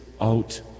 out